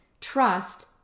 trust